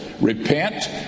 Repent